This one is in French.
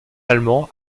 allemand